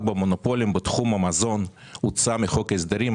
במונופולים בתחום המזון הוצא מחוק ההסדרים.